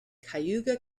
cayuga